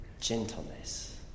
gentleness